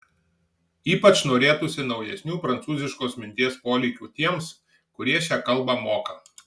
ypač norėtųsi naujesnių prancūziškos minties polėkių tiems kurie šią kalbą moka